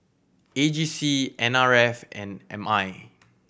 A G C N R F and M I